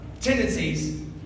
tendencies